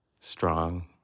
strong